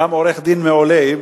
גם עורך-דין מעולה.